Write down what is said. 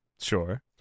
sure